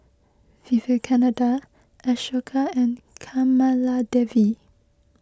Vivekananda Ashoka and Kamaladevi